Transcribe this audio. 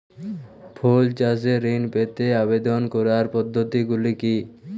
ফুল চাষে ঋণ পেতে আবেদন করার পদ্ধতিগুলি কী?